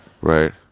Right